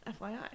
FYI